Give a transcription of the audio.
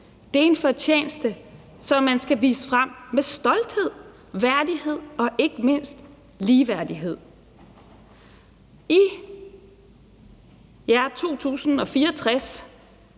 det er en fortjeneste, som man skal vise frem med stolthed, værdighed og ikke mindst ligeværdighed. I 2.064